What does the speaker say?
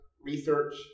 research